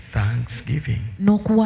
thanksgiving